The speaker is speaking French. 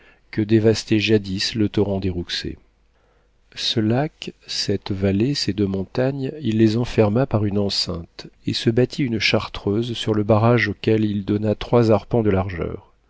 que dévastait jadis le torrent des rouxey ce lac cette vallée ses deux montagnes il les enferma par une enceinte et se bâtit une chartreuse sur le barrage auquel il donna trois arpents de largeur